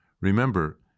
Remember